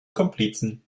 komplizen